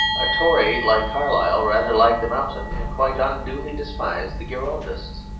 a tory like carlyle rather liked the mountain and quite unduly despised the girondists.